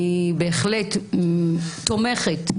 אני בהחלט תומכת.